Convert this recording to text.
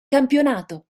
campionato